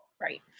right